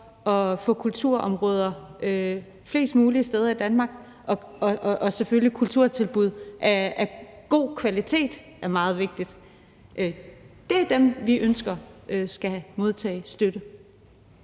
at få kulturtilbud flest mulige steder i Danmark og selvfølgelig kulturtilbud af god kvalitet – er meget vigtige. Det er dem, vi ønsker skal modtage støtte.